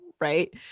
Right